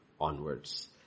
onwards